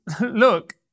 look